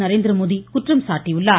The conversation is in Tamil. நரேந்திரமோடி குற்றம் சாட்டியுள்ளார்